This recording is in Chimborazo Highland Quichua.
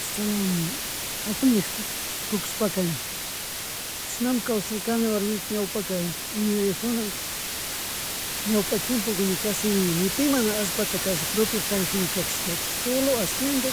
Astalayan ña jatuyakta tukushpa ña chishnamun kawsarkani warmiku ñawpaka yuyakjuna, ñawpa chimpuka ni kashiri ni pi mana allpata kalli propio charijunakajishkaka solo acieda,